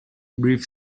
brief